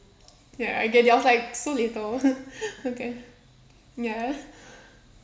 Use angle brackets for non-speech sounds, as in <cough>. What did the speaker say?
ya I get it was like so little <laughs> okay ya